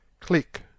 Click